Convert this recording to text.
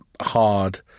hard